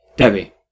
Debbie